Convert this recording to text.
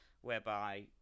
whereby